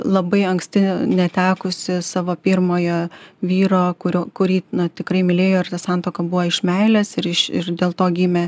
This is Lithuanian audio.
labai anksti netekusi savo pirmojo vyro kurio kurį tikrai mylėjo ir ta santuoka buvo iš meilės ir iš ir dėl to gimė